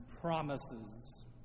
promises